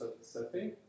setting